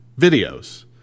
videos